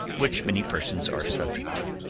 which many persons are subject to,